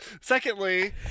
Secondly